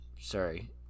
Sorry